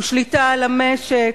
הוא שליטה על המשק,